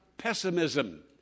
pessimism